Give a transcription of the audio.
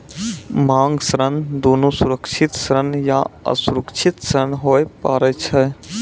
मांग ऋण दुनू सुरक्षित ऋण या असुरक्षित ऋण होय पारै छै